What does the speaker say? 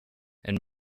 and